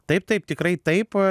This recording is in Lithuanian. taip taip tikrai taip